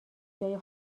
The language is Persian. جای